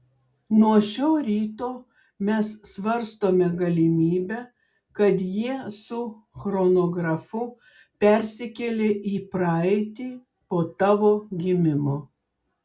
nuo šio ryto mes svarstome galimybę kad jie su chronografu persikėlė į praeitį po tavo gimimo